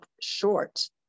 short